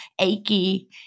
achy